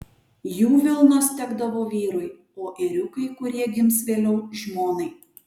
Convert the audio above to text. jų vilnos tekdavo vyrui o ėriukai kurie gims vėliau žmonai